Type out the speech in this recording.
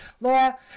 Laura